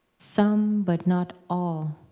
some but not all,